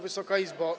Wysoka Izbo!